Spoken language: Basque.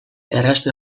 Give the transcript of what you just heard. erraztu